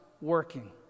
working